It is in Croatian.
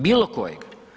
Bilo kojeg.